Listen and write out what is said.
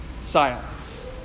silence